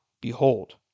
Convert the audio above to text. behold